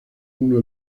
uno